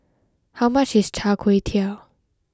how much is Char Kway Teow